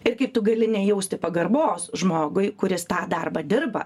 ir kaip tu gali nejausti pagarbos žmogui kuris tą darbą dirba